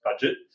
budget